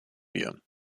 wir